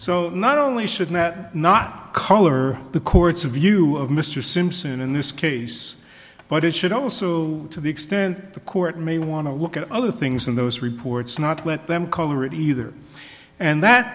so not only should nat not color the court's view of mr simpson in this case but it should also to the extent the court may want to look at other things in those reports not let them color it either and that